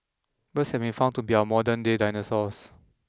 birds have been found to be our modernday dinosaurs